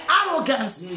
arrogance